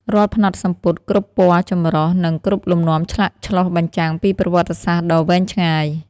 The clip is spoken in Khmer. រាល់ផ្នត់សំពត់ គ្រប់ពណ៌ចម្រុះ និងគ្រប់លំនាំឆ្លាក់ឆ្លុះបញ្ចាំងពីប្រវត្តិសាស្ត្រដ៏វែងឆ្ងាយ។